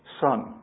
son